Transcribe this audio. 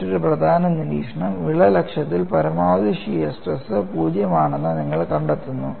മറ്റൊരു പ്രധാന നിരീക്ഷണം വിള്ളൽ അക്ഷത്തിൽ പരമാവധി ഷിയർ സ്ട്രെസ് 0 ആണെന്ന് നിങ്ങൾ കണ്ടെത്തുന്നു